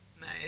nice